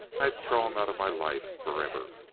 i'd throw him out of my life forever.